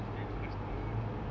then selepas itu